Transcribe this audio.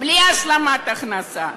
בלי השלמת הכנסה.